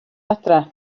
adra